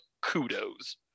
kudos